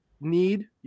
need